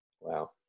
Wow